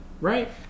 right